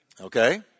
Okay